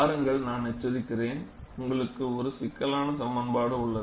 பாருங்கள் நான் எச்சரிக்கிறேன் உங்களுக்கு ஒரு சிக்கலான சமன்பாடு உள்ளது